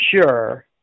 sure